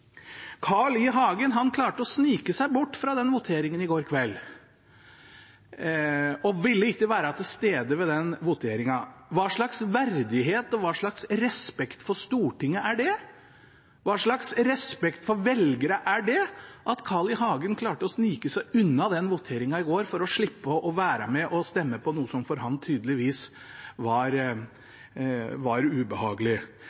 Carl I. Hagen klarte å snike seg bort fra voteringen i går kveld og ville ikke være til stede ved den voteringen. Hva slags verdighet og hva slags respekt for Stortinget er det? Hva slags respekt for velgerne er det at Carl I. Hagen klarte å snike seg unna voteringen i går for å slippe å være med og stemme på noe som for ham tydeligvis var